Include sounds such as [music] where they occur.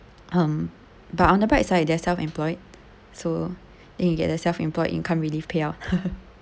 hmm but on the bright side they're self employed so then you get a self employed income relief payout [laughs]